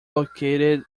located